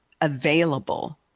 available